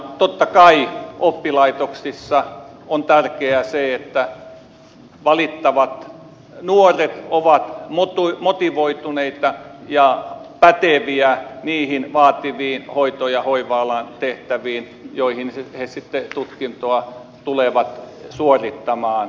totta kai oppilaitoksissa on tärkeää se että valittavat nuoret ovat motivoituneita ja päteviä niihin vaativiin hoito ja hoiva alan tehtäviin joihin he tutkintoa tulevat suorittamaan